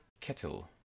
Kettle